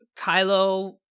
Kylo